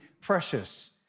precious